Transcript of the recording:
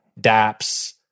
dApps